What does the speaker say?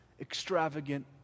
extravagant